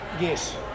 yes